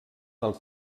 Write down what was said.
del